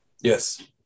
Yes